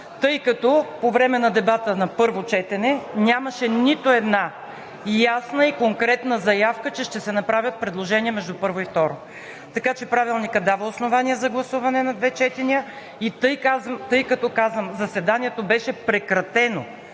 тъй като по време на дебата на първо четене нямаше нито една ясна и конкретна заявка, че ще се направят предложения между първо и второ. Така че Правилникът дава основание за гласуване на две четения и тъй като, казвам, заседанието беше прекратено